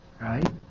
Right